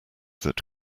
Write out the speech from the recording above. that